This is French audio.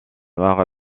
noire